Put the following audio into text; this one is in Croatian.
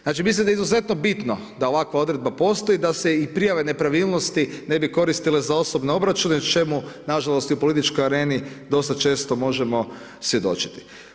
Znači mislim da je izuzetno bitno da ovakva odredba postoji, da se i prijava nepravilnosti ne bi koristile za osobne obračune, čemu nažalost i u političkoj areni dosta često možemo svjedočiti.